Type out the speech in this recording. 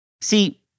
See